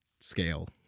scale